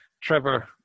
Trevor